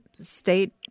state